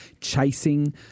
chasing